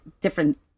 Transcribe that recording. different